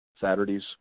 Saturdays